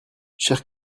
cher